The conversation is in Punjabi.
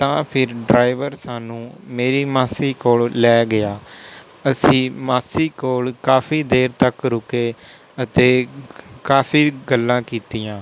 ਤਾਂ ਫਿਰ ਡਰਾਈਵਰ ਸਾਨੂੰ ਮੇਰੀ ਮਾਸੀ ਕੋਲ ਲੈ ਗਿਆ ਅਸੀਂ ਮਾਸੀ ਕੋਲ ਕਾਫ਼ੀ ਦੇਰ ਤੱਕ ਰੁਕੇ ਅਤੇ ਕਾਫੀ ਗੱਲਾਂ ਕੀਤੀਆਂ